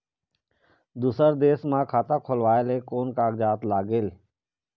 दूसर देश मा खाता खोलवाए ले कोन कागजात लागेल?